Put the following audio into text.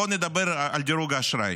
בואו נדבר על דירוג האשראי.